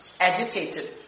agitated